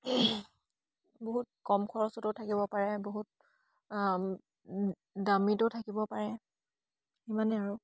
বহুত কম খৰচতো থাকিব পাৰে বহুত দামীতো থাকিব পাৰে সিমানে আৰু